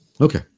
Okay